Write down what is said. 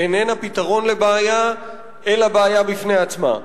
איננה פתרון לבעיה אלא בעיה בפני עצמה.